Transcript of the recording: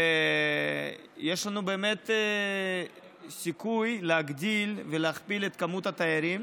ויש לנו באמת סיכוי להגדיל ולהכפיל את כמות התיירים.